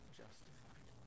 justified